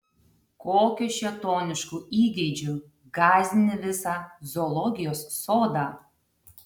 kokiu šėtonišku įgeidžiu gąsdini visą zoologijos sodą